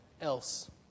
else